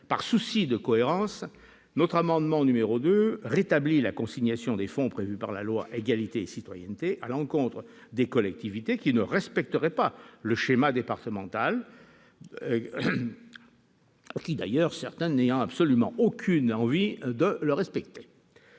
Par souci de cohérence, notre deuxième amendement tend à rétablir la consignation des fonds prévue par la loi Égalité et citoyenneté à l'encontre des collectivités qui ne respecteraient pas le schéma départemental d'accueil. Certaines n'ont absolument aucune envie de le faire